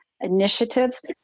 initiatives